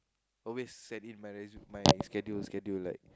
always set in my my schedule schedule like